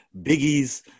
Biggie's